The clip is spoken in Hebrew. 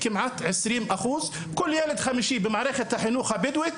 כמעט 20%. כל ילד חמישי במערכת החינוך הבדואית